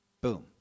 boom